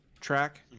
track